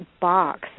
box